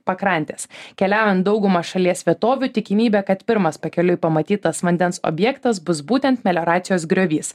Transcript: pakrantės keliaujant dauguma šalies vietovių tikimybė kad pirmas pakeliui pamatytas vandens objektas bus būtent melioracijos griovys